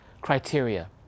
criteria